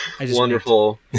Wonderful